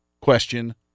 question